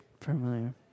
familiar